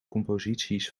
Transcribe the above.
composities